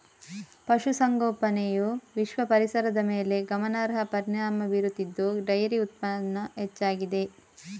ಪಶು ಸಂಗೋಪನೆಯು ವಿಶ್ವ ಪರಿಸರದ ಮೇಲೆ ಗಮನಾರ್ಹ ಪರಿಣಾಮ ಬೀರುತ್ತಿದ್ದು ಡೈರಿ ಉತ್ಪನ್ನ ಹೆಚ್ಚಾಗಿದೆ